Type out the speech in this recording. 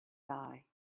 die